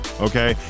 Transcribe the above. okay